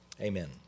Amen